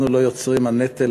אנחנו לא יוצרים הנטל,